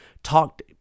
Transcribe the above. Talked